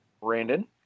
Brandon